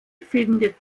findet